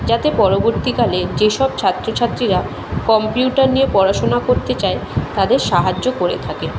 যাতে পরবর্তীকালে যেসব ছাত্র ছাত্রীরা কম্পিউটার নিয়ে পড়াশোনা করতে চায় তাদের সাহায্য করে থাকে